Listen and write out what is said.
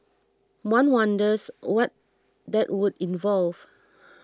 one wonders what that would involve